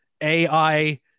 AI